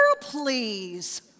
please